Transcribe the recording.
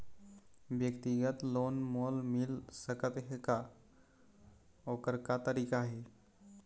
व्यक्तिगत लोन मोल मिल सकत हे का, ओकर का तरीका हे?